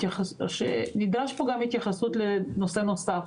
ונדרשת פה גם התייחסות לנושא נוסף,